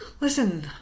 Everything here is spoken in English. Listen